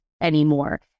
anymore